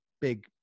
big